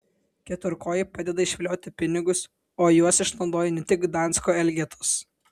keturkojai padeda išvilioti pinigus o juos išnaudoja ne tik gdansko elgetos